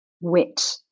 wit